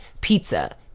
pizza